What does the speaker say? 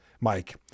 Mike